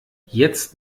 jetzt